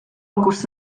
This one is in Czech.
pokus